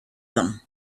them